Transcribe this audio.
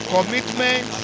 Commitment